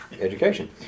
education